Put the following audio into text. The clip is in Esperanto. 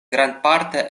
grandparte